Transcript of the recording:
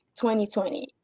2020